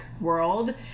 world